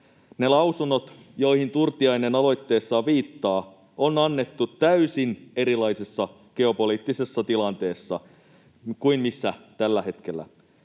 Ne lausunnot, joihin Turtiainen aloitteessaan viittaa, on annettu täysin erilaisessa geopoliittisessa tilanteessa kuin missä tällä hetkellä